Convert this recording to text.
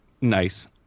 nice